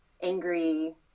angry